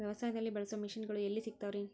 ವ್ಯವಸಾಯದಲ್ಲಿ ಬಳಸೋ ಮಿಷನ್ ಗಳು ಎಲ್ಲಿ ಸಿಗ್ತಾವ್ ರೇ?